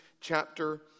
chapter